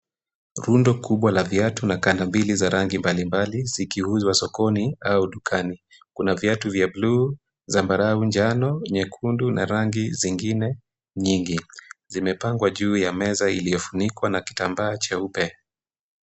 Rundo kubwa la viatu na kanda mbili za rangi mbalimbali zikiuzwa sokoni au dukani. Kuna viatu vya bluu, zambarau, njano, nyekundu, na rangi zingine nyingi. Zimepangwa juu ya meza iliyofunikwa na kitambaa cheupe.